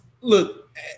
look